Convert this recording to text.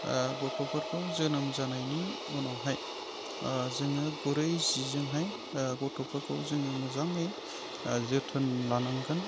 गथ'फोरखौ जोनोम जानायनि उनावहाय जोङो गुरै जिजोंहाय गथ'फोरखौ जोङो मोजाङै जोथोन लानांगोन